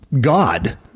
God